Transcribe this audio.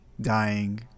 dying